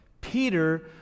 Peter